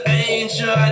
angel